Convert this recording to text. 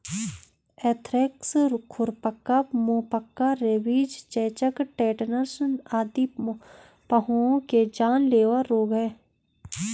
anthrax, खुरपका, मुहपका, rabies, चेचक, टेटनस आदि पहुओं के जानलेवा रोग हैं